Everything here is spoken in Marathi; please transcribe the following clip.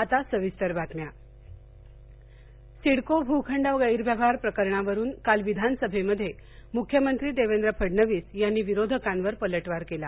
अधिवेशन विधानसभा सिडको भूखंड गैरव्यवहार प्रकरणावरून काल विघानसभेमध्ये मुख्यमंत्री देवेंद्र फडणविस यांनी विरोधकांवर पलटवार केला